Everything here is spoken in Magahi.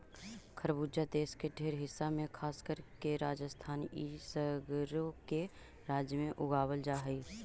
खरबूजा देश के ढेर हिस्सा में खासकर के राजस्थान इ सगरो के राज्यों में उगाबल जा हई